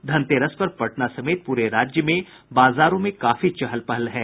धनतेरस पर पटना समेत पूरे राज्य में बाजारों में काफी चहल पहल है